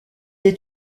est